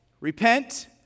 repent